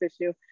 issue